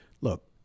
look